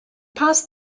passed